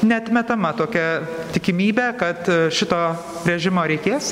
neatmetama tokia tikimybė kad šito rėžimo reikės